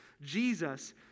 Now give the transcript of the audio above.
Jesus